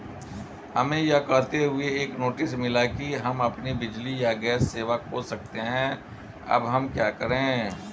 हमें यह कहते हुए एक नोटिस मिला कि हम अपनी बिजली या गैस सेवा खो सकते हैं अब हम क्या करें?